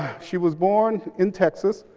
she was born in texas.